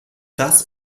das